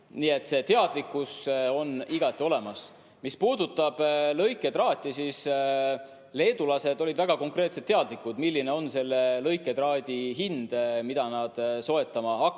nii et see teadlikkus on igati olemas. Mis puudutab lõiketraati, siis leedulased olid väga konkreetselt teadlikud, milline on selle lõiketraadi hind, mida nad soetama hakkavad.